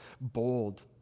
bold